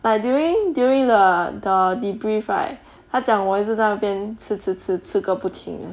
but during during the the debrief right 他讲我一直在那边吃吃吃吃个不停